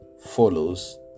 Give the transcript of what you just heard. follows